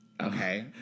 Okay